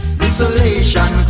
desolation